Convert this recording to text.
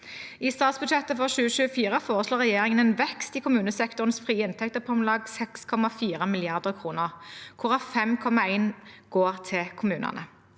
I statsbudsjettet for 2024 foreslår regjeringen en vekst i kommunesektorens frie inntekter på om lag 6,4 mrd. kr, hvorav 5,1 mrd. kr går til kommunene.